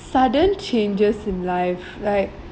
sudden changes in life like